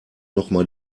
nochmal